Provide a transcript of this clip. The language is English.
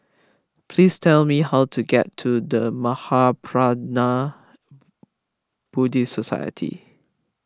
please tell me how to get to the Mahaprajna Buddhist Society